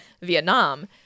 vietnam